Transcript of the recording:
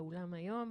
באולם היום,